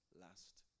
last